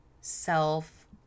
self